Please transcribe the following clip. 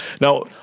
Now